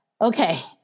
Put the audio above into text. okay